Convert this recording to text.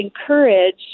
encourage